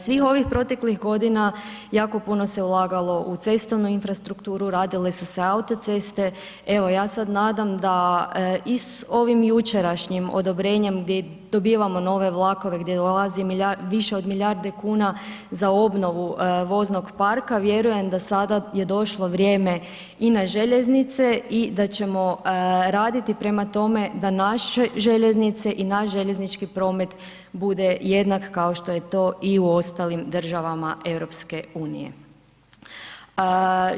Svih ovih proteklih godina jako puno se ulagalo u cestovnu infrastrukturu, radile su se autoceste, evo ja se nadam i sa ovim jučerašnjim odobrenjem gdje dobivamo nove vlakove, gdje dolazi više od milijarde kuna za obnovu voznog parka, vjerujem da sada je došlo vrijeme i na željeznice i da ćemo raditi prema tome da naše željeznice i naš željeznički promet bude jednak kao što je to i u ostalim državama EU-a.